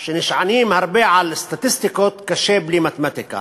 שנשענים הרבה על סטטיסטיקות, קשה בלי מתמטיקה.